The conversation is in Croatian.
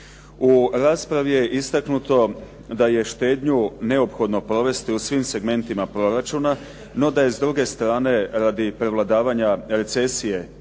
U raspravi je istaknuto da je štednju neophodno provesti u svim segmentima proračuna, no da je s druge strane radi prevladavanja recesije